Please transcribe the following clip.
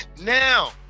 Now